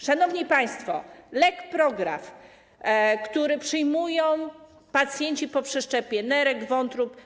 Szanowni państwo, lek Prograf, który przyjmują pacjenci po przeszczepie nerek, wątroby.